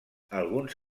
alguns